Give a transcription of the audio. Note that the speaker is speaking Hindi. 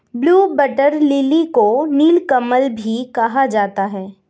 ब्लू वाटर लिली को नीलकमल भी कहा जाता है